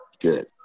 Good